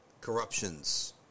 corruptions